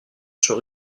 sur